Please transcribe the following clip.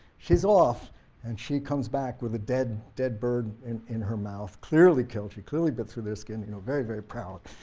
she's off and she comes back with a dead dead bird in in her mouth, clearly killed, she clearly bit through their skin you know very, very proud,